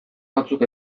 batzuk